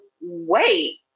wait